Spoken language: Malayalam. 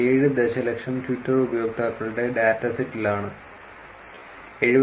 7 ദശലക്ഷം ട്വിറ്റർ ഉപയോക്താക്കളുടെ ഡാറ്റാസെറ്റിലാണ് 73